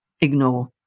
ignore